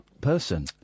person